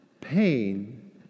pain